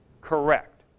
Correct